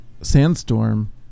Sandstorm